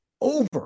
over